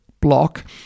block